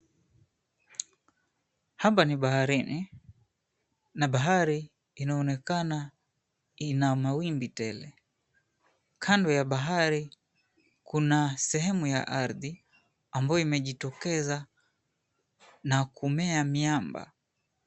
Hapa ni baharini, na bahari inaonekana ina mawimbi tele, kando ya bahari kuna sehemu ya ardhi ambayo imejitokeza na kumea miamba.